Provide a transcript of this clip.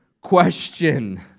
question